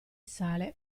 sale